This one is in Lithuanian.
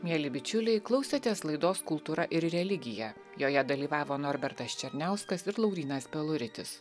mieli bičiuliai klausėtės laidos kultūra ir religija joje dalyvavo norbertas černiauskas ir laurynas peluritis